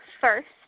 first